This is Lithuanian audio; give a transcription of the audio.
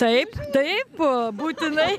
taip taip būtinai